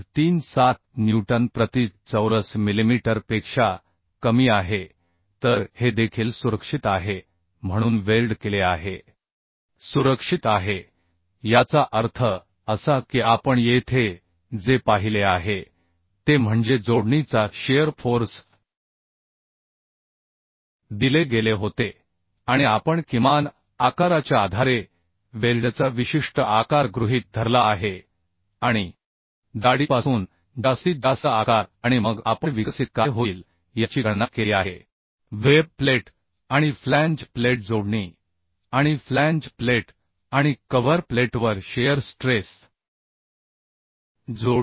37 newton प्रति चौरस millimetre पेक्षा कमी आहे तर हे देखील सुरक्षित आहे म्हणून वेल्ड केले आहे सुरक्षित आहे याचा अर्थ असा की आपण येथे जे पाहिले आहे ते म्हणजे जोडणीचा शिअर फोर्स दिले गेले होते आणि आपण किमान आकाराच्या आधारे वेल्डचा विशिष्ट आकार गृहीत धरला आहे आणि जाडीपासून जास्तीत जास्त आकार आणि मग आपण विकसित काय होईल याची गणना केली आहे वेब प्लेट आणि फ्लॅंज प्लेट जोडणी आणि फ्लॅंज प्लेट आणि कव्हर प्लेटवर शिअर स्ट्रेस जोडणी